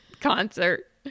concert